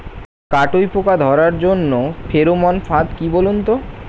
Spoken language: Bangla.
কাটুই পোকা ধরার জন্য ফেরোমন ফাদ কি বলুন তো?